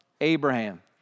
Abraham